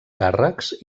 càrrecs